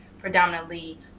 predominantly